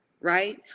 right